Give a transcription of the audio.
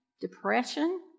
depression